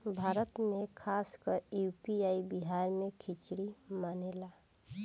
भारत मे खासकर यू.पी आ बिहार मे खिचरी मानेला